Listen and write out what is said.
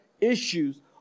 issues